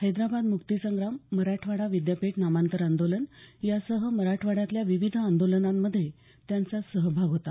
हैदराबाद मुक्तिसंग्राम मराठवाडा विद्यापीठ नामांतर आंदोलन यासह मराठवाड्यातल्या विविध आंदोलनांमध्ये त्यांचा सहभाग होता